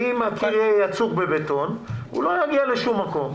כי אם הקיר יהיה יצוק בבטון הוא לא יגיע לשום מקום.